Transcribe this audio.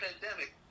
pandemic